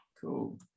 cool